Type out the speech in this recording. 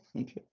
okay